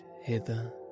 hither